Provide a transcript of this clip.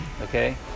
Okay